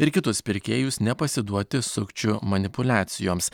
ir kitus pirkėjus nepasiduoti sukčių manipuliacijoms